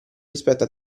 rispetto